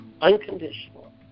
Unconditional